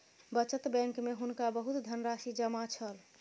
बचत बैंक में हुनका बहुत धनराशि जमा छल